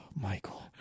Michael